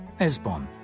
Esbon